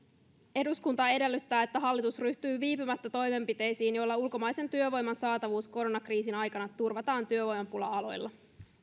eduskunta edellyttää että hallitus ryhtyy viipymättä toimenpiteisiin joilla ulkomaisen työvoiman saatavuus koronakriisin aikana turvataan työvoimapula aloilla